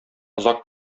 озак